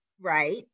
right